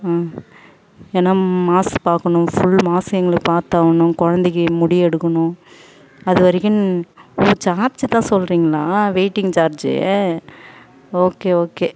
ம் ஏன்னா மாஸ் பார்க்கணும் ஃபுல் மாஸ் எங்களுக்கு பார்த்தாகணும் குழந்தைக்கி முடி எடுக்கணும் அது வரைக்கும் ஓ சார்ஜு தான் சொல்கிறீங்களா வெயிட்டிங் சார்ஜு ஓகே ஓகே